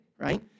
right